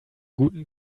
guten